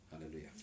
Hallelujah